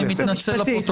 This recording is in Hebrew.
אני מתנצל לפרוטוקול.